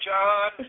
John